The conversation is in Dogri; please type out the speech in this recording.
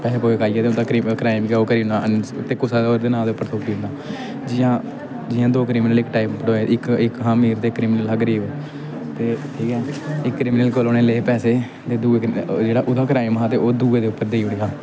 पैसे पूसे खाइयै ते उं'दा क्रिम क्राइम गै ओह् करी ओड़ना अनस ते कुसाऽ दे होर नां दे उप्पर थोप्पी ओड़ना जि'यां जि'यां दो क्रिमिनल इक टाइम पकड़ोए इक क्रिमिनल हा अमीर ते इक क्रिमिनल हा गरीब ते ठीक ऐ इक क्रिमिनल कोला उ'नें ले पैसे ते दुए क्रिमीनल जेह्ड़ा ओह्दा क्राइम हा ते ओह् दुए दे उप्पर देई ओड़ेआ